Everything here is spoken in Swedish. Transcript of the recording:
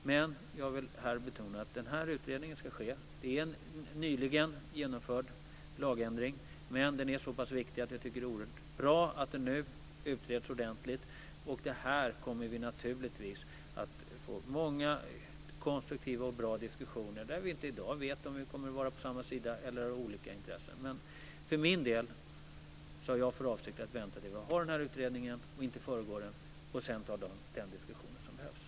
Men jag vill här betona att utredningen ska äga rum. Lagändringen är nyligen genomförd, men den är så pass viktig att jag tycker att det är oerhört bra att det hela nu utreds ordentligt. Detta kommer vi naturligtvis att föra många konstruktiva och bra diskussioner om, där vi inte i dag vet om vi kommer att stå på samma sida eller ha olika intressen. För min del har jag för avsikt att vänta till dess att vi har utredningen klar, och inte föregå den. Sedan tar vi de diskussioner som behövs.